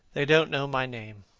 they don't know my name,